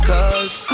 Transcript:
Cause